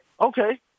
okay